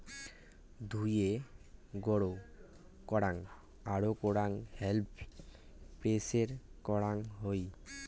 ধুয়ে, গুঁড়ো করং আরো করং হেম্প প্রেসেস করং হই